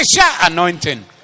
anointing